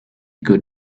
could